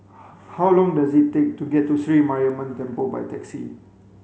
how long does it take to get to Sri Mariamman Temple by taxi